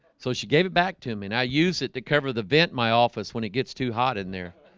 so she gave it back to me and i used it to cover the vent my office when it gets too hot in there